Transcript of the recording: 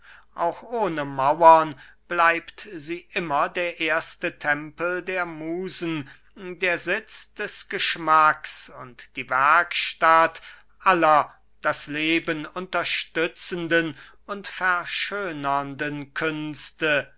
auch ohne mauern bleibt sie immer der erste tempel der musen der sitz des geschmacks und die werkstatt aller das leben unterstützenden und verschönernden